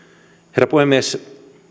herra puhemies